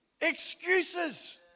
excuses